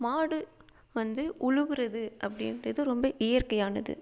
மாடு வந்து உழுவுறது அப்படின்றது ரொம்ப இயற்கையானது